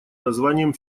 названием